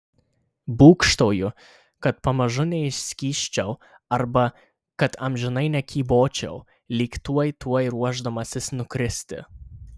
būgštauju kad pamažu neišskysčiau arba kad amžinai nekybočiau lyg tuoj tuoj ruošdamasis nukristi